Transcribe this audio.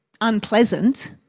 unpleasant